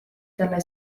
talle